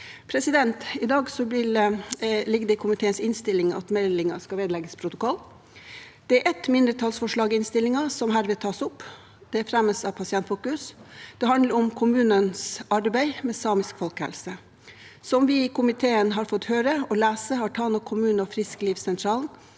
merknader.» I dag ligger det i komiteens innstilling at meldingen skal vedlegges protokollen. Det er et mindretallsforslag i innstillingen, som herved tas opp. Det fremmes av Pasientfokus. Det handler om kommunenes arbeid med samisk folkehelse. Som vi i komiteen har fått høre og lese, har Tana kommune og Tana frisklivssentral